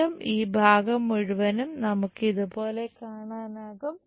വീണ്ടും ഈ ഭാഗം മുഴുവനും നമുക്ക് ഇത് പോലെ കാണാനാകും